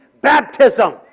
baptism